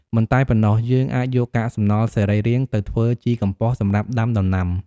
មិនតែប៉ុណ្ណោះ យើងអាចយកកាកសំណល់សរីរាង្គទៅធ្វើជីកំប៉ុស្តិ៍សម្រាប់ដាំដំណាំ។